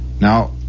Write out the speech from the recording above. Now